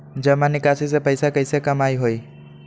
जमा निकासी से पैसा कईसे कमाई होई?